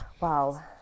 Wow